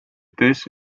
this